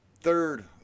third